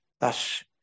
Thus